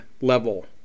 level